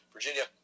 Virginia